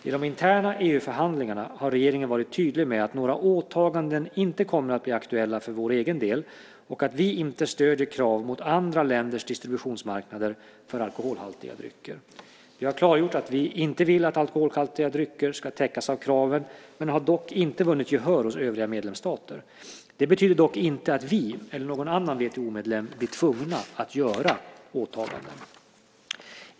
I de interna EU-förhandlingarna har regeringen varit tydlig med att några åtaganden inte kommer att bli aktuella för vår egen del och att vi inte stöder krav på andra länders distributionsmarknader för alkoholhaltiga drycker. Vi har klargjort att vi inte vill att alkoholhaltiga drycker ska täckas av kraven, men har dock inte vunnit gehör hos övriga medlemsstater. Detta betyder dock inte att vi eller någon annan WTO-medlem blir tvungna att göra åtaganden.